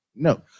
No